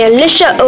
Alicia